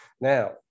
Now